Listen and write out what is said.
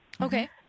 Okay